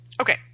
Okay